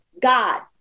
God